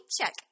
check